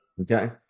Okay